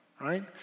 right